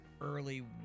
early